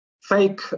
fake